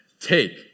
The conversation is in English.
take